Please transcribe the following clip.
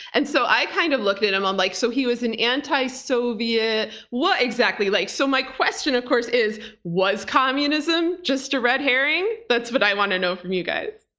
and so i kind of looked at him, i'm like, so he was an anti-soviet? what, exactly? like so my question, of course, is was communism just a red herring? that's what i want to know from you guys.